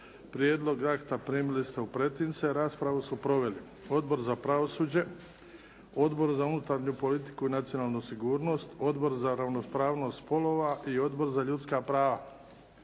Prijedlog akta primili ste u pretince. Raspravu su proveli Odbor za pravosuđe, Odbor za unutarnju politiku i nacionalnu sigurnost, Odbor za ravnopravnost spolova i Odbor za ljudska prava